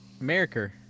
America